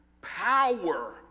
power